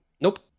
Nope